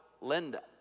Linda